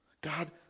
God